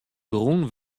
grûn